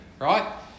Right